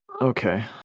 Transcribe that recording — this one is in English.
Okay